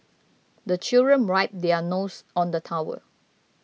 the children wipe their noses on the towel